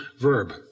verb